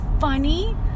funny